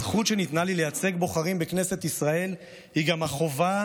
הזכות שניתנה לי לייצג בוחרים בכנסת ישראל היא גם החובה